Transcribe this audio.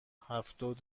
هفتاد